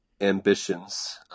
ambitions